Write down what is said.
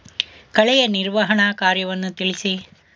ಕಳೆಯ ನಿರ್ವಹಣಾ ಕಾರ್ಯವನ್ನು ತಿಳಿಸಿ?